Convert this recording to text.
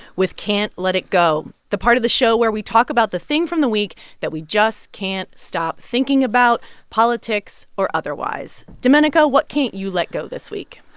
with can't let it go the part of the show where we talk about the thing from the week that we just can't stop thinking about, politics or otherwise. domenico, what can't you let go this week?